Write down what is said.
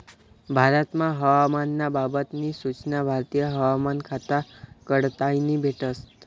भारतमा हवामान ना बाबत नी सूचना भारतीय हवामान खाता कडताईन भेटस